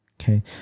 Okay